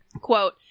quote